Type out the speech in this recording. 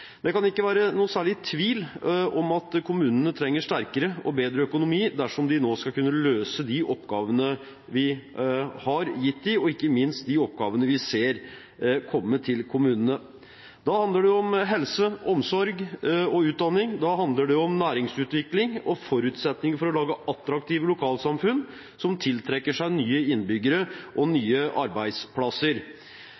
Det kan ikke være noen særlig tvil om at kommunene trenger sterkere og bedre økonomi dersom de nå skal kunne løse de oppgavene vi har gitt dem, og ikke minst de oppgavene vi ser komme til kommunene. Da handler det om helse, omsorg og utdanning, da handler det om næringsutvikling og forutsetninger for å lage attraktive lokalsamfunn som tiltrekker seg nye innbyggere og nye arbeidsplasser.